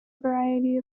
variety